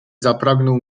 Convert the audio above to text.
zapragnął